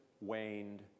waned